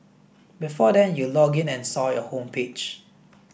before then you logged in and saw your homepage